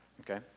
Okay